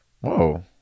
Whoa